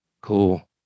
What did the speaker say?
Cool